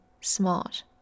smart